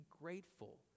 grateful